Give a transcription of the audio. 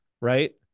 right